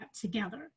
together